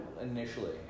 initially